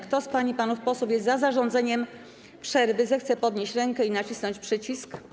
Kto z pań i panów posłów jest za zarządzeniem przerwy, zechce podnieść rękę i nacisnąć przycisk.